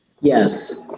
Yes